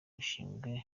bishingwe